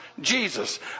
Jesus